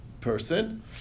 person